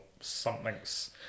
something's